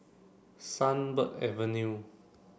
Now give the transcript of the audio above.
Sunbird Avenue